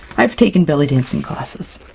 i've taken belly dancing classes!